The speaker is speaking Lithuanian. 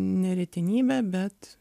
ne retenybė bet